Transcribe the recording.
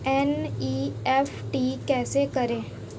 NEFT कैसे करें?